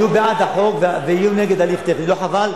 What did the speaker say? יהיו בעד החוק ויהיו נגד הליך טכני, לא חבל?